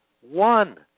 One